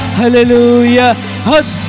hallelujah